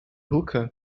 hookah